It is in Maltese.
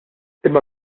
imma